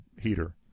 heater